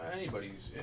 anybody's